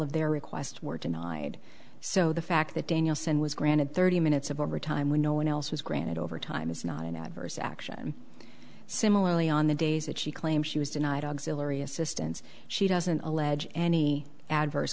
of their requests were denied so the fact that danielson was granted thirty minutes of overtime when no one else was granted overtime is not an adverse action similarly on the days that she claims she was denied auxilary assistance she doesn't allege any adverse